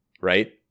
right